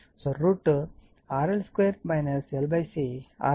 √ RL 2 LC వస్తుంది